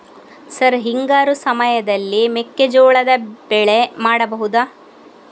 Sir ಹಿಂಗಾರು ಸಮಯದಲ್ಲಿ ಮೆಕ್ಕೆಜೋಳದ ಬೆಳೆ ಮಾಡಬಹುದಾ?